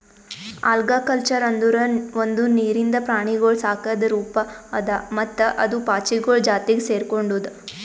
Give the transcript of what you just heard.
algaculture ಅಂದುರ್ ಒಂದು ನೀರಿಂದ ಪ್ರಾಣಿಗೊಳ್ ಸಾಕದ್ ರೂಪ ಅದಾ ಮತ್ತ ಅದು ಪಾಚಿಗೊಳ್ ಜಾತಿಗ್ ಸೆರ್ಕೊಂಡುದ್